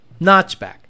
notchback